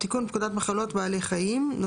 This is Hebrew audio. תיקון פקודת מחלות בעלי חיים .